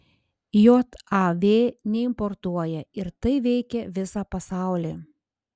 jav neimportuoja ir tai veikia visą pasaulį